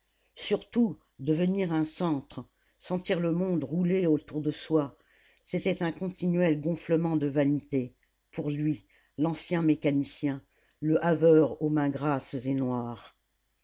surtout devenir un centre sentir le monde rouler autour de soi c'était un continuel gonflement de vanité pour lui l'ancien mécanicien le haveur aux mains grasses et noires